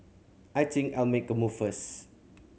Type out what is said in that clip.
I think I'll make a move first